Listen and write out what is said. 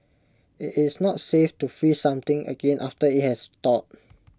IT is not safe to freeze something again after IT has thawed